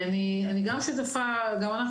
גם אנחנו